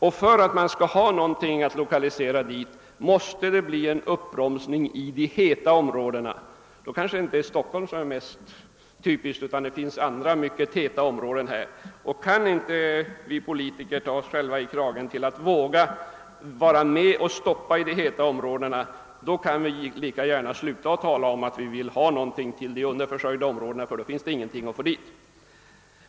Kan vi politiker inte ta oss själva i kragen och våga vara med om en uppbromsning i de heta områdena — jag tänker inte bara på Stockholm; det finns andra mycket heta områden — kan vi lika gärna sluta tala om att vi vill lokalisera företag till de underförsörjda områdena; då finns det ingenting att få dit.